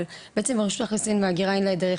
בעצם רשות האוכלוסין וההגירה אין לה דרך